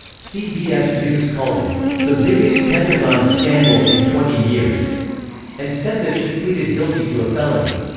cbs news called it the biggest pentagon scandal in twenty years and said that she pleaded guilty to a felony.